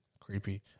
Creepy